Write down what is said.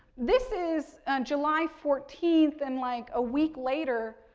this is july fourteenth, and like a week later,